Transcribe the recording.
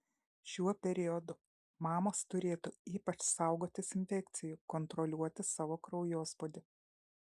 šiuo periodu mamos turėtų ypač saugotis infekcijų kontroliuoti savo kraujospūdį